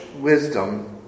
wisdom